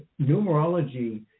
Numerology